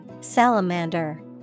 Salamander